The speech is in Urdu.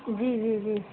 جی جی جی